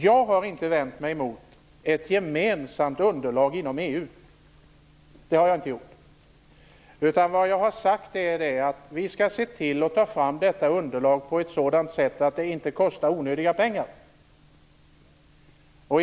Jag har inte vänt mig emot ett gemensamt underlag inom EU. Jag har sagt att vi skall ta fram detta underlag på ett sådant sätt att det inte kostar pengar i onödan.